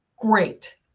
great